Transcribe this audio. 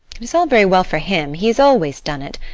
it is all very well for him, he has always done it,